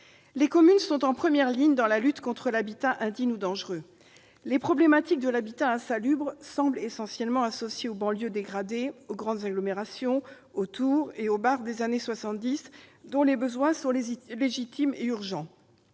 Les communes sont en première ligne dans la lutte contre l'habitat indigne ou dangereux. Les problématiques de l'habitat insalubre semblent essentiellement associées aux banlieues dégradées, aux grandes agglomérations, aux tours et aux barres des années 1970, dont les besoins sont légitimes et urgents.